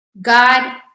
God